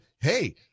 hey